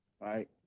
Right